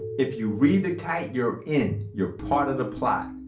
if you read the kite, you're in, you're part of the plot.